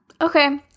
Okay